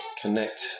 connect